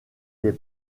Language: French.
les